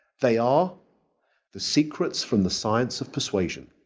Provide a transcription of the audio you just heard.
they are the secrets from the science of persuasion.